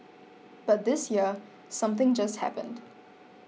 but this year something just happened